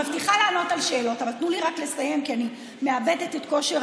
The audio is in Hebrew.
אתם נחפזים רק כי אתם רואים את הזעם